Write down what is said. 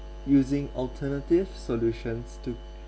using alternative solutions to